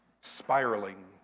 spiraling